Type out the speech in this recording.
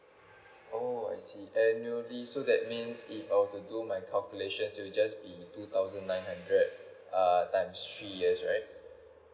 oh I see annually so that means if I were to do my calculations it would just be two thousand nine hundred times three years right